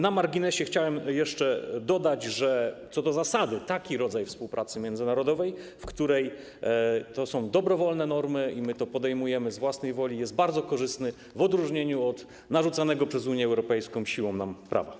Na marginesie chciałem jeszcze dodać, że co do zasady taki rodzaj współpracy międzynarodowej, w której są dobrowolne normy, a my to podejmujemy z własnej woli, jest bardzo korzystny w odróżnieniu od narzucanego nam siłą przez Unię Europejską prawa.